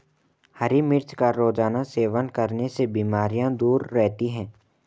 हरी मिर्च का रोज़ाना सेवन करने से बीमारियाँ दूर रहती है